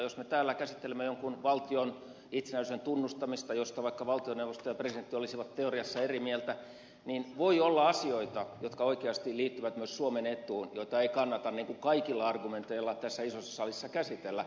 jos me täällä käsittelemme jonkun valtion itsenäisyyden tunnustamista josta vaikka valtioneuvosto ja presidentti olisivat teoriassa eri mieltä niin voi olla asioita jotka oikeasti liittyvät myös suomen etuun joita ei kannata kaikilla argumenteilla tässä isossa salissa käsitellä